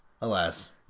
Alas